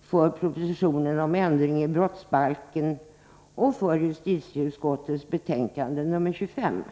för propositionen om ändring i brottsbalken och justitieutskottets betänkande 25.